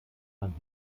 man